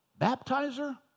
baptizer